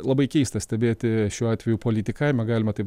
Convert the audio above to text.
labai keista stebėti šiuo atveju politikavimą galima taip